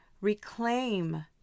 reclaim